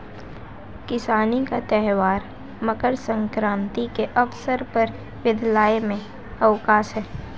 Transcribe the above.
किसानी का त्यौहार मकर सक्रांति के अवसर पर विद्यालय में अवकाश है